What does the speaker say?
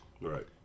Right